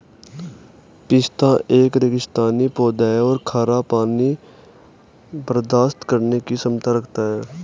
पिस्ता एक रेगिस्तानी पौधा है और खारा पानी बर्दाश्त करने की क्षमता रखता है